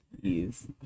Please